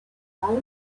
спогади